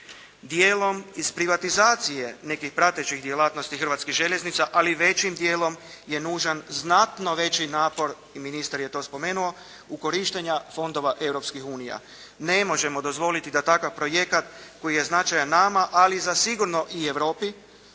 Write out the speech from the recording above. Dijelom iz privatizacije nekih pratećih djelatnosti Hrvatskih željeznica ali većim djelom je nužan znatno veći napor i ministar je to spomenuo ukorištenja fondova Europskih unija. Ne možemo dozvoliti da takav projekat koji je značajan nama ali zasigurno i Europi